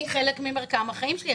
היא חלק ממרקם החיים שלי,